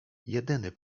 jedyny